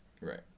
Right